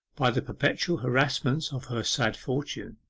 by the perpetual harassments of her sad fortune,